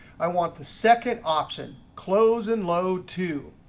i want the second option, close and load two.